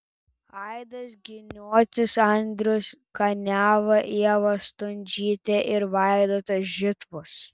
aidas giniotis andrius kaniava ieva stundžytė ir vaidotas žitkus